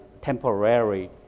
temporary